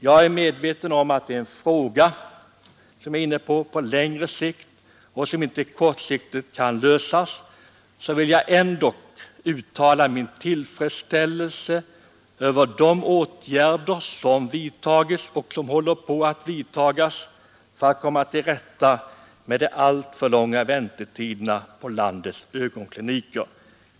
Jag är medveten om att det är en fråga på längre sikt och att den inte kan lösas kortsiktigt, men jag vill uttala min tillfredsställelse över de åtgärder som vidtagits och som håller på att vidtas för att komma till rätta med de alltför långa väntetiderna på landets ögonkliniker.